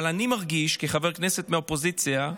אבל אני מרגיש, כחבר כנסת מהאופוזיציה,